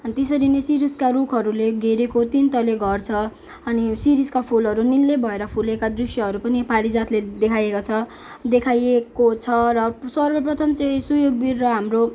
त्यसरी नै शिरीषका रुखहरूले घेरेको तिन तले घर छ अनि शिरीषका फुलहरू निलै भएर फुलेका दृश्यहरू पनि पारिजातले देखाएको छ देखाइएको छ र सर्वप्रथम चाहिँ सुयोगवीर र हाम्रो